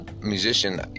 musician